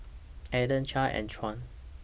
Anton Clair and Juan